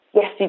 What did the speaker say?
yes